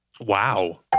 Wow